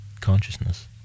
consciousness